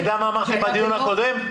אתה יודע מה אמרתי בדיון הקודם?